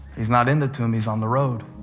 he's not in the tomb he's on the road.